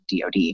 DOD